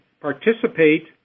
participate